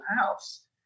House